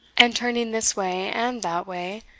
and, turning this way and that way,